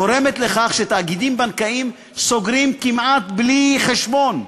גורמת לכך שתאגידים בנקאיים סוגרים סניפים כמעט בלי חשבון,